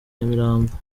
nyamirambo